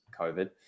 COVID